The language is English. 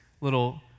Little